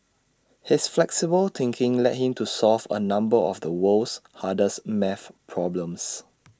his flexible thinking led him to solve A number of the world's hardest math problems